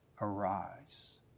arise